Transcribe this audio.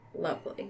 lovely